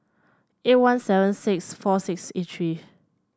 eight one seven six four six eight three